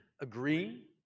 agree